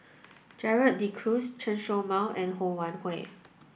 Gerald De Cruz Chen Show Mao and Ho Wan Hui